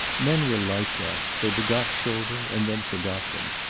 men were like that they begot children and then forgot them.